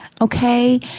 okay